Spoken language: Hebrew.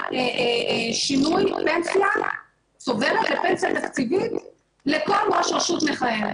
שינוי פנסיה צוברת לפנסיה תקציבית לכל ראש רשות מכהן.